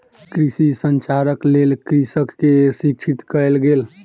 कृषि संचारक लेल कृषक के शिक्षित कयल गेल